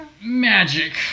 magic